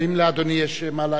האם לאדוני יש מה להעיר?